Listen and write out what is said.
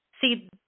See